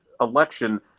election